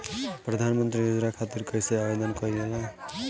प्रधानमंत्री योजना खातिर कइसे आवेदन कइल जाला?